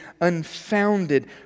unfounded